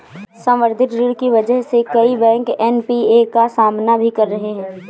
संवर्धित ऋण की वजह से कई बैंक एन.पी.ए का सामना भी कर रहे हैं